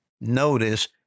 Notice